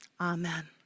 amen